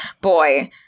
boy